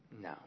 No